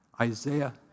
Isaiah